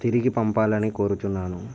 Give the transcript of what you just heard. తిరిగి పంపాలని కోరుతున్నాను